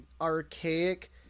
archaic